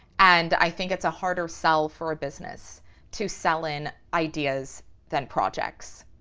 and i think it's a harder sell for a business to sell in ideas than projects.